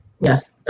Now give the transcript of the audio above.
Yes